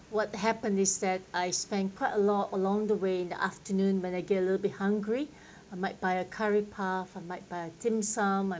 what happened is that I spent quite a lot along the way the afternoon but I get a little bit hungry I might buy a curry puff I might by a dim sum I